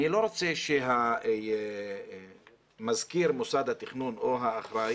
אני לא רוצה שמזכיר מוסד התכנון או האחראי